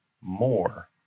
more